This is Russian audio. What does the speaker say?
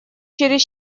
через